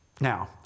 Now